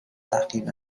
تحقیر